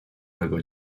mego